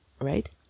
right